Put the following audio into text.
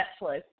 Netflix